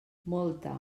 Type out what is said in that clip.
molta